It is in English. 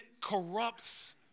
corrupts